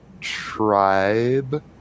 tribe